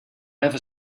ever